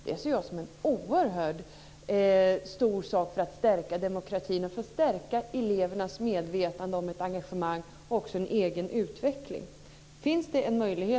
Det ser jag som en oerhört stor sak för att stärka demokratin och för att stärka elevernas engagemang i deras egen utveckling.